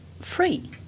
free